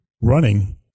running